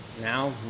now